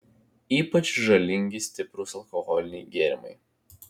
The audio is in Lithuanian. ypač žalingi stiprūs alkoholiniai gėrimai